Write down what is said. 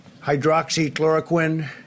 hydroxychloroquine